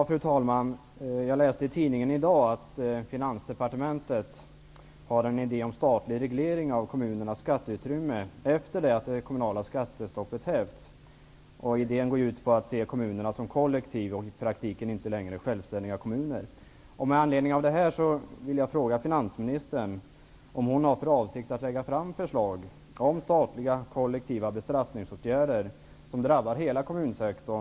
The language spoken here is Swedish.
Fru talman! Jag läste i tidningen i dag att Finansdepartementet har en idé om statlig reglering av kommunernas skatteutrymme, efter det att det kommunala skattestoppet har hävts. Idén går ut på att se kommunerna som kollektiv och i praktiken inte längre som självständiga kommuner.